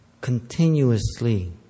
Continuously